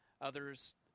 Others